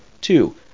two